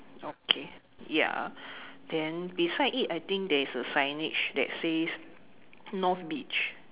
okay ya then beside it I think there's a signage that says north beach